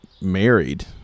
married